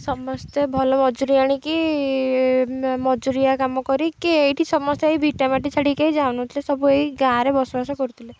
ସମସ୍ତେ ଭଲ ମଜୁରୀ ଆଣିକି ମଜୁରିଆ କାମ କରିକି ଏଇଠି ସମସ୍ତେ ଏଇ ଭିଟାମାଟି ଛାଡ଼ିକି ଯାଉ ନ ଥିଲେ ସବୁ ଏଇ ଗାଁରେ ବସବାସ କରୁଥିଲେ